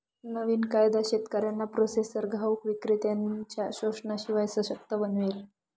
नवीन कायदा शेतकऱ्यांना प्रोसेसर घाऊक विक्रेत्त्यांनच्या शोषणाशिवाय सशक्त बनवेल